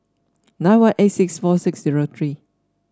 nine one eight six four six zero three